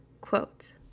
quote